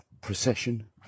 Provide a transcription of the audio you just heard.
procession